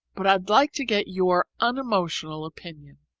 but i'd like to get your unemotional opinion.